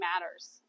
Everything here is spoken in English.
matters